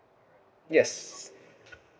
yes